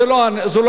זו לא הנקודה.